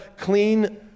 clean